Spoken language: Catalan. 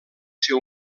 ser